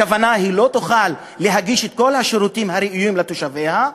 הכוונה היא לא תוכל להגיש את כל השירותים הראויים לתושביה.